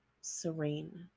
serene